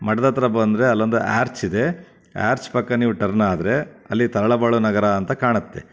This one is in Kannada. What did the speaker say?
ಮಠದ ಹತ್ತಿರ ಬಂದರೆ ಅಲ್ಲಿ ಒಂದು ಆರ್ಚ್ ಇದೆ ಆರ್ಚ್ ಪಕ್ಕ ನೀವು ಟರ್ನ್ ಆದ್ರೆ ಅಲ್ಲಿ ತರಳಬಾಳು ನಗರ ಅಂತ ಕಾಣತ್ತೆ